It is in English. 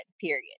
period